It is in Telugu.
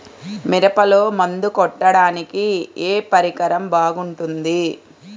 మిరపలో మందు కొట్టాడానికి ఏ పరికరం బాగుంటుంది?